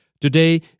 Today